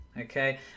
okay